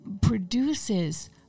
produces